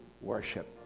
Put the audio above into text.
worship